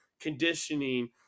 conditioning